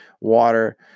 water